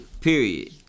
Period